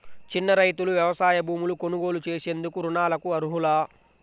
చిన్న రైతులు వ్యవసాయ భూములు కొనుగోలు చేసేందుకు రుణాలకు అర్హులా?